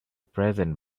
present